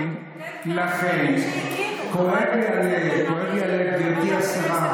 אבל תן קרדיט למי שהקימו,